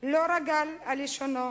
לא רגל על לשונו